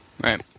Right